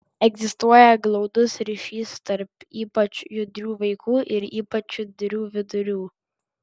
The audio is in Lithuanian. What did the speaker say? egzistuoja glaudus ryšys tarp ypač judrių vaikų ir ypač judrių vidurių